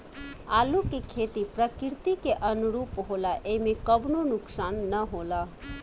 आलू के खेती प्रकृति के अनुरूप होला एइमे कवनो नुकसान ना होला